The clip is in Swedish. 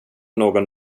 någon